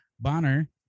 Bonner